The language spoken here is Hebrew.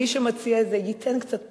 מי שמציע את זה, שייתן קצת פרטים,